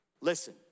Listen